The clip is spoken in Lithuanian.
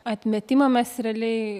atmetimą mes realiai